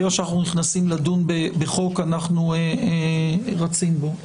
ברגע שאנחנו נכנסים לדון בחוק אנחנו רצים בו.